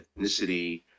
ethnicity